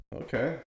Okay